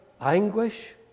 anguish